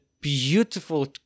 beautiful